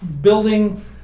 building